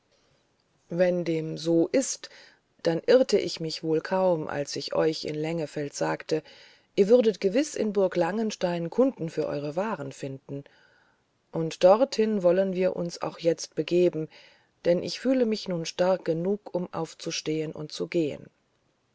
wenn dem so ist dann irrte ich mich wohl kaum als ich euch in lengefeld sagte ihr würdet gewiß in burg langenstein kunden für eure waren finden und dorthin wollen wir uns auch jetzt begeben denn ich fühle mich nun stark genug um aufzustehen und zu gehen